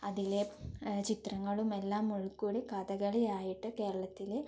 അതിലെ ചിത്രങ്ങളും എല്ലാം ഉൾക്കൊളി കഥകളിയായിട്ട് കേരളത്തിൽ